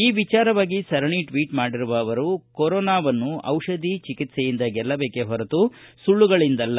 ಈ ವಿಚಾರವಾಗಿ ಸರಣಿ ಟ್ವೀಟ್ ಮಾಡಿರುವ ಅವರು ಕೊರೊನಾವನ್ನು ಟಿಷಧಿ ಚಿಕಿತ್ಸೆಯಿಂದ ಗೆಲ್ಲಬೇಕೇ ಹೊರತು ಸುಳ್ಳುಗಳಿಂದಲ್ಲ